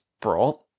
brought